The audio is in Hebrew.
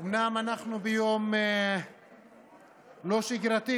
אומנם אנחנו ביום לא שגרתי